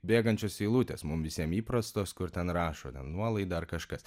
bėgančios eilutės mum visiem įprastos kur ten rašo nuolaida ar kažkas